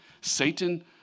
Satan